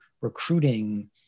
recruiting